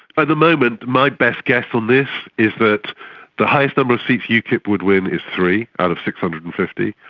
at the moment my best guess on this is that the highest number of seats ukip would win is three out of six hundred and fifty.